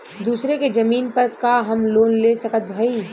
दूसरे के जमीन पर का हम लोन ले सकत हई?